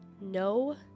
no